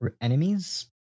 enemies